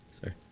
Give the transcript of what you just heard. Sorry